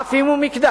אף אם הוא מקדש,